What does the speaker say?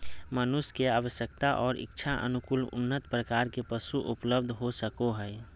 मनुष्य के आवश्यकता और इच्छानुकूल उन्नत प्रकार के पशु उपलब्ध हो सको हइ